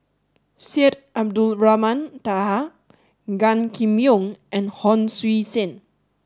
Syed Abdulrahman Taha Gan Kim Yong and Hon Sui Sen